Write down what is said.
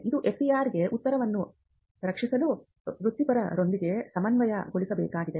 ಇದು FER ಗೆ ಉತ್ತರವನ್ನು ರಚಿಸಲು ವೃತ್ತಿಪರರೊಂದಿಗೆ ಸಮನ್ವಯಗೊಳಿಸಬೇಕಾಗಿದೆ